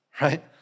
right